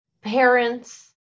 parents